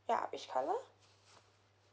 ya which colour